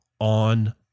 on